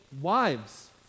wives